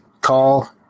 call